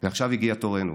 עכשיו הגיע תורנו.